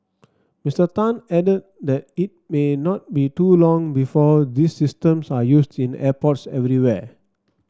Mister Tan added that it may not be too long before these systems are used in airports everywhere